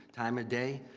time of day.